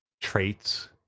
traits